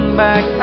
back